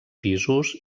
pisos